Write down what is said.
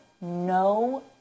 no